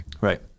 right